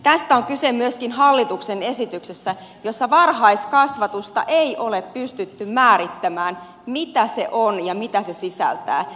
tästä on kyse myöskin hallituksen esityksessä jossa varhaiskasvatusta ei ole pystytty määrittämään mitä se on ja mitä se sisältää